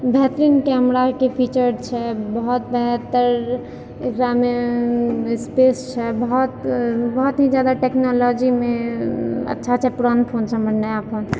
बेहतरीन कैमराके फीचर छै बहुत बेहतर एकरामे स्पेस छै बहुत बहुत ही जादा टेक्नोलॉजीमे अच्छा अच्छा पुरान फोनसँ हमर नया फोन